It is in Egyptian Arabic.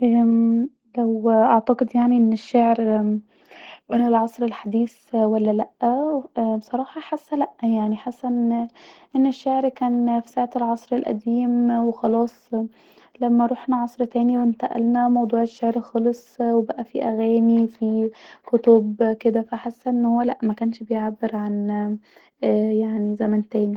ااامم لو اعتقد يعني أن الشعر من العصر الحديث ولا لا بصراحه حاسه لا يعني حاسه ان ات الشعر كان ساعه العصر القديم وخلاص لما روحنا عصر تاني وانتقلنا من الشعر خالص وبقي فيه اغاني خطوط كدا ف حاسه ان تكون أن مكنش اااممم في زمن تاني